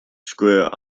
square